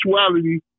actuality